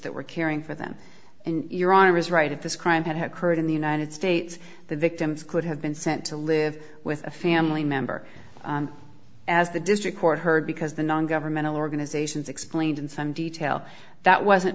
that were caring for them and your arm is right if this crime had occurred in the united states the victims could have been sent to live with a family member as the district court heard because the non governmental organizations explained in some detail that wasn't